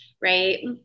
Right